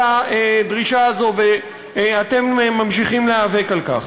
הדרישה הזאת ואתם ממשיכים להיאבק על כך.